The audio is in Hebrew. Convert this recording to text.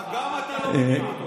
אה, גם אותו אתה לא מכיר.